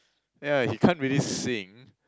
yeah he can't really sing